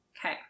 okay